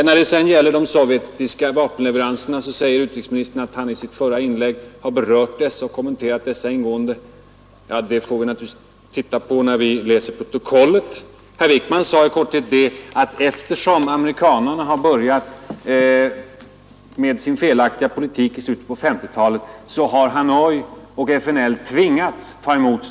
När det sedan gäller de sovjetiska vapenleveranserna säger utrikesministern att han i sitt förra inlägg har kommenterat dessa ingående. Det får vi naturligtvis titta på när vi läser protokollet. Herr Wickman sade i korthet att Hanoi och FNL ”tvingas” ta emot stöd av Sovjet, eftersom amerikanarna en gång börjat med sin felaktiga politik i slutet på 1950-talet.